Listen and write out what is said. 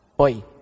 Oi